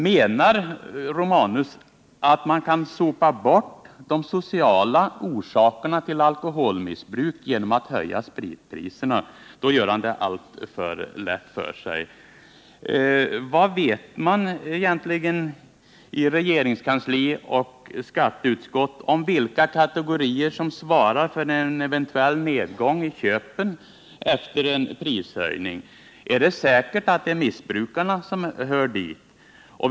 Menar Gabriel Romanus att man kan sopa bort de sociala orsakerna till alkoholmissbruk genom att höja spritpriserna? I så fall gör han det alltför lätt för sig. Vad vet man egentligen i regeringskansli och skatteutskott om vilka kategorier som svarar för en eventuell nedgång i inköpen efter en prishöjning? Är det säkert att det är missbrukarna som hör till dem som minskar sina inköp?